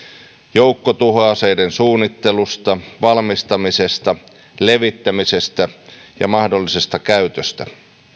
joukkotuhoaseiden suunnittelusta valmistamisesta levittämisestä ja mahdollisesta käytöstä